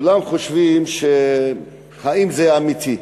כולם חושבים: האם זה אמיתי?